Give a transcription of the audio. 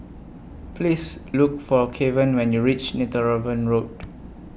Please Look For Kevan when YOU REACH Netheravon Road